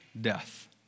death